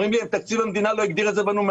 אומרים לי: תקציב המדינה לא הגדיר את זה בנומרטור,